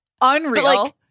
unreal